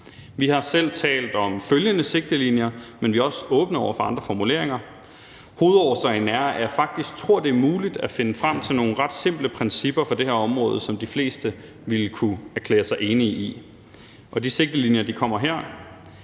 Vi har selv talt om nogle sigtelinjer, men vi er også åbne over for andre formuleringer. Hovedårsagen er, at jeg faktisk tror, det er muligt at finde frem til nogle ret simple principper for det her område, som de fleste ville kunne erklære sig enige i, og de sigtelinjer kommer her: